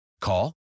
Call